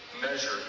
measure